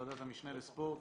ועדת המשנה לספורט.